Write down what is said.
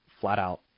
flat-out